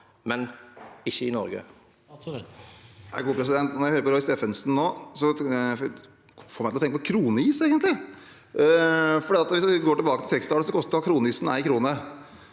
men ikke i Norge?